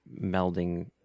melding